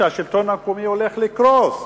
שהשלטון המקומי הולך לקרוס.